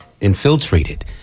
infiltrated